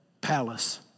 palace